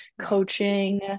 coaching